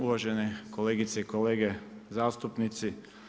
Uvažene kolegice i kolege zastupnici.